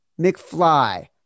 McFly